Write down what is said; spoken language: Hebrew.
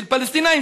של פלסטינים,